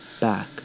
back